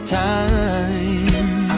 time